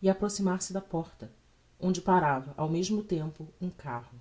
e a approximar-se da porta onde parava ao mesmo tempo um carro